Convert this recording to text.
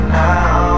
now